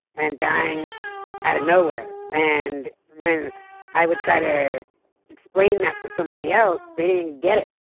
and dying out of nowhere, and when i would try to explain that to somebody else, they didn't get it.